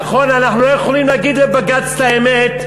נכון, אנחנו לא יכולים להגיד לבג"ץ את האמת,